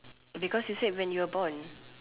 because you said when you were born